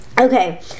Okay